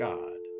God